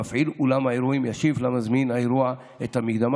מפעיל אולם האירועים ישיב למזמין האירוע את המקדמה